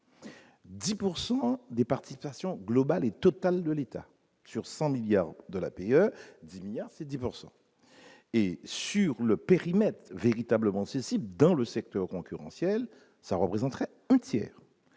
100 des participations globale et totale de l'État sur 100 milliards de l'APE 10 milliards c'est 10 pourcent et sur le périmètre véritablement cibles dans le secteur concurrentiel, ça représenterait un tiers,